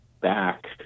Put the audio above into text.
back